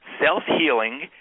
self-healing